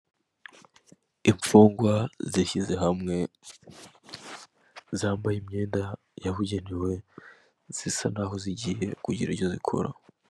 Imfungwa zishyize hamwe zambaye imyenda yabugenewe zisa naho zigiye kugira icyo zikora.